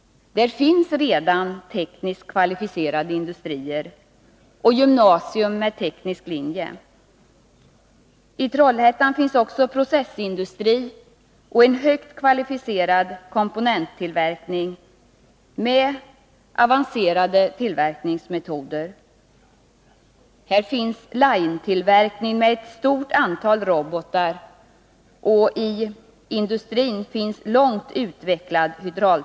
Där finns nämligen redan tekniskt kvalificerade industrier och ett gymnasium med teknisk linje. I Trollhättan finns också en processindustri och en högt kvalificerad komponenttillverkning med avancerade tillverkningsmetoder. Vidare finns där Line-tillverkning med ett stort antal robotar. Dessutom är hydraultekniken inom industrin långt utvecklad.